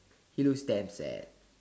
he looks damn sad